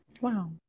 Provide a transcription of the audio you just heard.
Wow